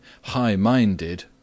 High-minded